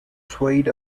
swayed